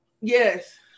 Yes